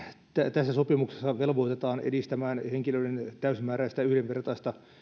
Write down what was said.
tässä sopimuksessa velvoitetaan edistämään henkilöiden täysimääräistä yhdenvertaista